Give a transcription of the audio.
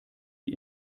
die